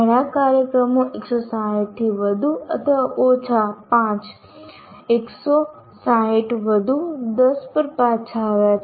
ઘણા કાર્યક્રમો 160 વધુ અથવા ઓછા 5 160 વધુ 10 પર પાછા આવ્યા છે